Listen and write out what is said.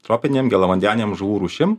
tropinėm gėlavandenėm žuvų rūšim